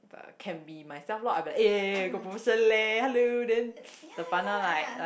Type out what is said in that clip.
can be myself lah I'll be like eh eh eh got promotion leh the hello then the like like